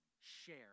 share